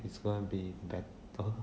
it's gonna be better